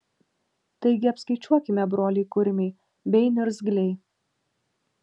taigi apskaičiuokime broliai kurmiai bei niurzgliai